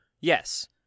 yes